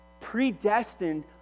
Predestined